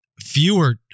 fewer